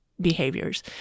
behaviors